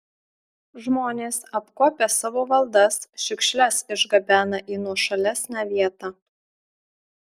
žmonės apkuopę savo valdas šiukšles išgabena į nuošalesnę vietą